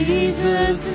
Jesus